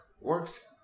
works